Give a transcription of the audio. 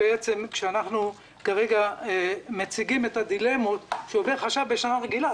כרגע אנחנו מציגים את הדילמות שעובר חשב בשנה רגילה,